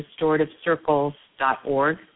restorativecircles.org